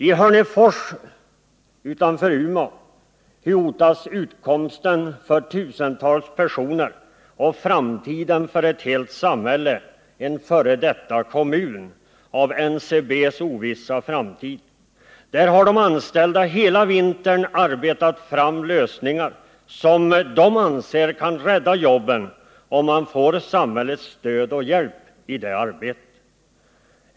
I Hörnefors utanför Umeå hotas utkomsten för tusentals personer och framtiden för ett helt samhälle, en f. d. kommun, av NCB:s ovissa framtid. Där har de anställda hela vintern arbetat fram lösningar som de anser kan rädda jobben, om man får samhällets stöd och hjälp i det arbetet.